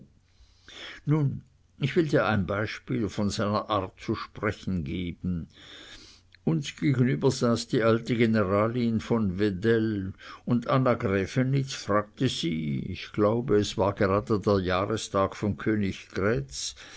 nun ich will dir ein beispiel von seiner art zu sprechen geben uns gegenüber saß die alte generalin von wedell und anna grävenitz fragte sie ich glaube es war gerade der jahrestag von